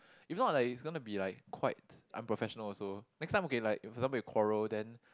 if not like it's gonna be like quite unprofessional also next time okay like for example you quarrel then